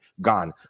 gone